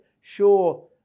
Sure